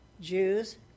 Jews